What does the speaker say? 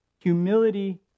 Humility